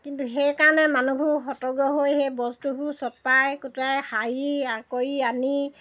কিন্তু সেইকাৰণে মানুহবোৰ সতৰ্ক হৈ সেই বস্তুবোৰ চপাই কোটাই সাৰি কৰি আনি